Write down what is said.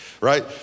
right